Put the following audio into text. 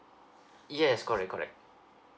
yes correct correct